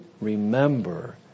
remember